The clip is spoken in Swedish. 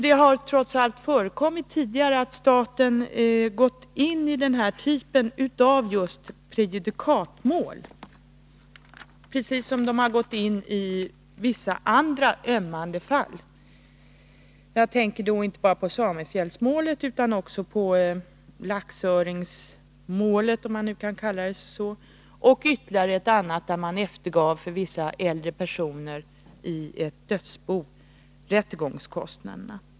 Det har trots allt förekommit tidigare att staten har gått in i denna typ av prejudikatmål, precis som den har gjort i vissa andra ömmande fall. Jag tänker inte bara på samefjällsmålet utan också på laxöringsmålet och ytterligare ett annat fall, där man för vissa äldre personer i ett dödsbo eftergav rättegångskostnaderna.